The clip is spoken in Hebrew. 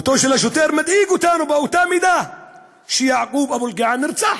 מותו של השוטר מדאיג אותנו באותה מידה שיעקוב אבו אלקיעאן נרצח.